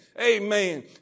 Amen